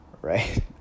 right